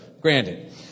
granted